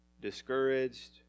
discouraged